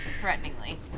threateningly